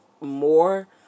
more